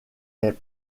est